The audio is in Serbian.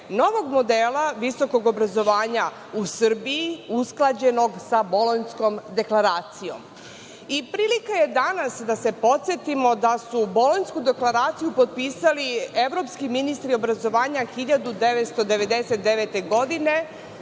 novog modela visokog obrazovanja u Srbiji, usklađenog sa Bolonjskom deklaracijom. Danas je prilika da se podsetimo da su Bolonjsku deklaraciju potpisali evropski ministri obrazovanja 1999. godine,